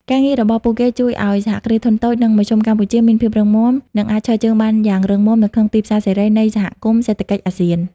ការងាររបស់ពួកគេជួយឱ្យ សហគ្រាសធុនតូច និងមធ្យម កម្ពុជាមានភាពរឹងមាំ និងអាចឈរជើងបានយ៉ាងរឹងមាំនៅក្នុងទីផ្សារសេរីនៃសហគមន៍សេដ្ឋកិច្ចអាស៊ាន។